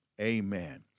amen